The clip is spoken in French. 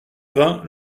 vingt